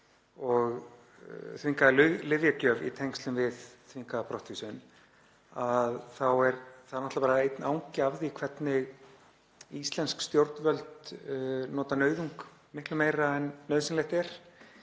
og þvingaða lyfjagjöf í tengslum við þvingaða brottvísun. Það er náttúrlega einn angi af því hvernig íslensk stjórnvöld nota nauðung miklu meira en nauðsynlegt er.